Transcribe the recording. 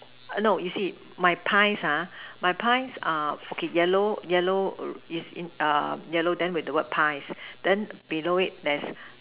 no you see my pies my pies okay yellow yellow is in yellow then with the word pies then below it there's